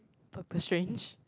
Doctor-Strange